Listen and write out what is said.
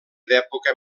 d’època